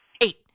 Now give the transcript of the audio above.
Eight